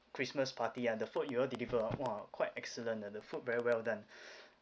christmas party ah the food you all deliver ah !wah! quite excellent ah the food very well done